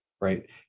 right